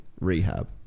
rehab